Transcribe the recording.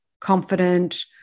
confident